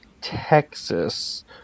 Texas